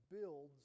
builds